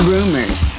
Rumors